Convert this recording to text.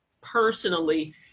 personally